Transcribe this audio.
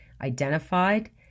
identified